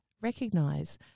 recognize